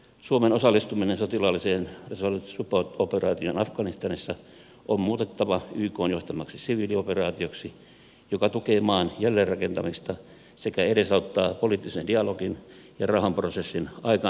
suomen osallistuminen sotilaalliseen resolute support operaatioon afganistanissa on muutettava ykn johtamaksi siviilioperaatioksi joka tukee maan jälleenrakentamista sekä edesauttaa poliittisen dialogin ja rauhanprosessin aikaansaamista